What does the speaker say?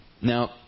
Now